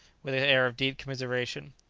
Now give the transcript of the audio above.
with an air of deep commiseration.